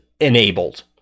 enabled